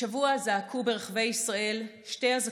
השבוע זעקו ברחבי ישראל שתי אזעקות: